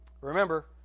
Remember